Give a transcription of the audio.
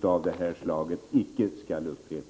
av det här slaget icke får upprepas.